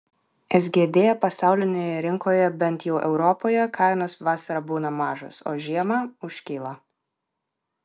sgd pasaulinėje rinkoje bent jau europoje kainos vasarą būna mažos o žiemą užkyla